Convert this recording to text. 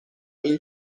این